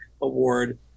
Award